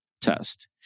test